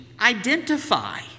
identify